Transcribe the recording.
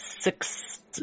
Six